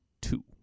two